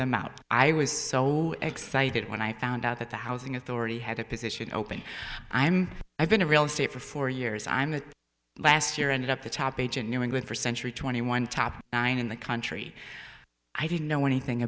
them out i was so excited when i found out that the housing authority had a position open i'm i've been a real estate for four years i'm the last year ended up the top good for century twenty one top nine in the country i didn't know anything